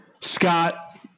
Scott